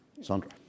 Sandra